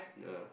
ya